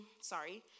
sorry